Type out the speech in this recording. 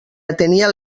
atenia